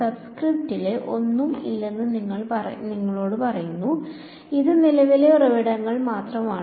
സബ്സ്ക്രിപ്റ്റിലെ ഒന്നും ഇല്ലെന്ന് നിങ്ങളോട് പറയുന്നു അത് നിലവിലെ ഉറവിടങ്ങൾ മാത്രമാണ്